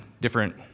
different